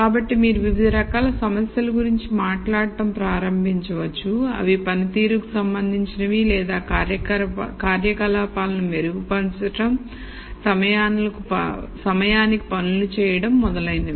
కాబట్టి మీరు వివిధ రకాల సమస్యల గురించి మాట్లాడటం ప్రారంభించవచ్చు అవి పనితీరుకు సంబంధించినది లేదా కార్యకలాపాలను మెరుగుపరచడం సమయానికి పనులు చేయడం మొదలైనవి